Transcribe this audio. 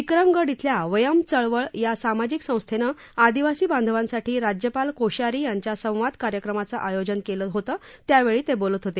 विक्रमगड इथल्या वयम चळवळ या सामाजिक संस्थेनं आदिवासी बांधवांसाठी राज्यपाल कोश्यारी यांच्या संवाद कार्यक्रमाचं आयोजन केलं होत त्यावेळी ते बोलत होते